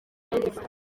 yagize